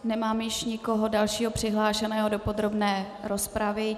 Nemám již nikoho dalšího přihlášeného do podrobné rozpravy.